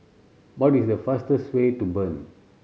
what is the fastest way to Bern